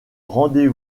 rendez